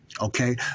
Okay